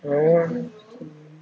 my [one]